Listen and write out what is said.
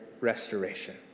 restoration